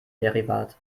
derivat